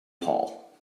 paul